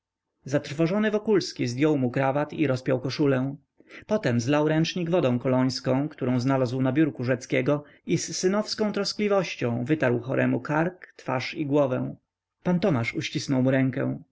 zatrwożony wokulski zdjął mu krawat i rozpiął koszulę potem zlał ręcznik wodą kolońską którą znalazł na biurku rzeckiego i z synowską troskliwością wytarł choremu kark twarz i głowę pan tomasz uścisnął mu rękę